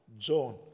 John